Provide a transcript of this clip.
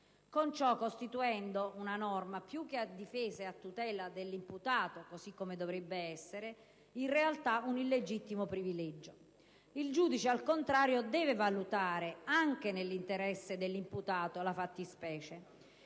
con ciò costituendo una norma che più che essere a difesa e a tutela dell'imputato - così come dovrebbe essere - in realtà è un illegittimo privilegio. Il giudice, al contrario, deve valutare, anche nell'interesse dell'imputato, la fattispecie